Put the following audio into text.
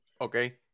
Okay